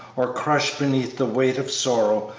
or crushed beneath the weight of sorrow,